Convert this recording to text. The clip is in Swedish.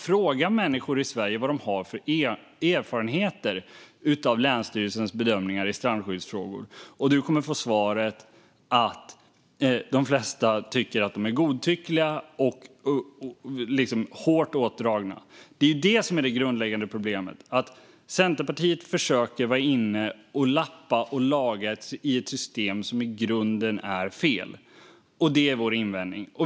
Fråga människor i Sverige vad de har för erfarenheter av länsstyrelsens bedömningar i strandskyddsfrågor, och du kommer att få svaret att de flesta tycker att de är godtyckliga och hårt åtdragna. Det grundläggande problemet är att Centerpartiet försöker lappa och laga i ett system som i grunden är fel. Det är vår invändning.